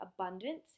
abundance